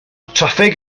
traffig